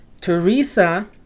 Teresa